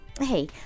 Hey